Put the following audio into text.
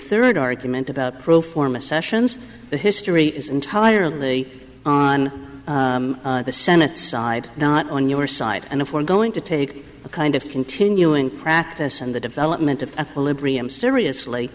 third argument about pro forma sessions the history is entirely on the senate side not on your side and if we're going to take a kind of continuing practice in the development of a liberal i'm seriously